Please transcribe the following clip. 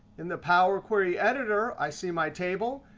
in the power query editor, i see my table.